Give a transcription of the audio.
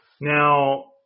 Now